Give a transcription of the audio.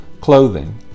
clothing